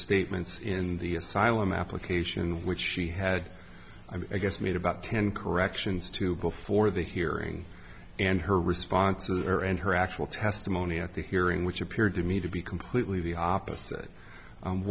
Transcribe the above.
statements in the asylum application which she had i guess made about ten corrections to before the hearing and her response to her and her actual testimony at the hearing which appeared to me to be completely the opposite